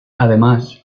además